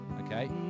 Okay